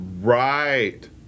Right